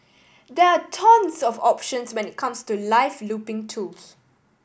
there are tons of options when it comes to live looping tools